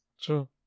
True